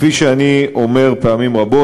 כפי שאני אומר פעמים רבות,